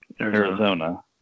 Arizona